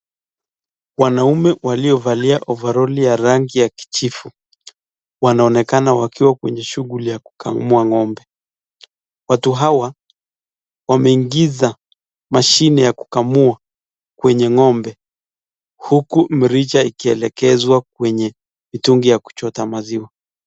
Wanaume waliovalia ovaroli ya rangi ya kijivu, wanaonekana wakiwa kwenye shughuli ya kukamua ng'ombe. Watu hawa wameingiza mashine ya kukamua kwenye ng'ombe, huku mrija ikielekezwa kwenye mitungi ya kuchota maziwa.